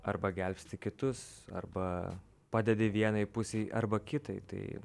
arba gelbsti kitus arba padedi vienai pusei arba kitai tai